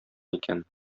икән